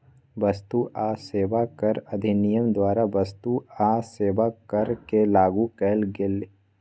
वस्तु आ सेवा कर अधिनियम द्वारा वस्तु आ सेवा कर के लागू कएल गेल